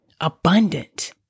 abundant